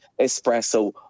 espresso